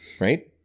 right